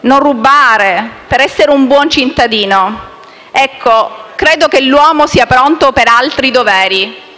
e per essere un buon cittadino». Ecco, credo che l'uomo sia pronto per altri doveri